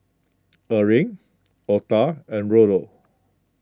Erling Octa and Rollo